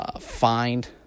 find